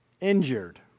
injured